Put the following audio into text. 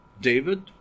David